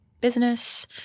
business